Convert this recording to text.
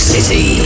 City